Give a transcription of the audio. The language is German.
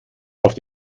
auf